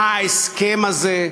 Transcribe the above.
מה ההסכם הזה,